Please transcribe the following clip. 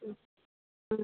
ம் ம்